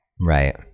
right